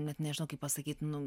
net nežinau kaip pasakyt nu